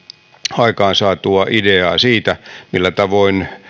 aikaansaatua ideaa siitä millä tavoin